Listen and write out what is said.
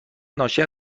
ناشی